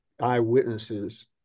Eyewitnesses